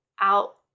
out